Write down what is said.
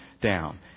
down